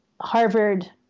Harvard